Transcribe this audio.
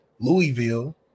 Louisville